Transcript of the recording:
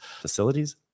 facilities